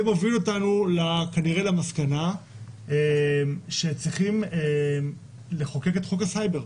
זה מוביל אותנו כנראה למסקנה שצריכים לחוקק את חוק הסייבר.